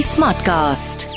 Smartcast